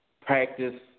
practice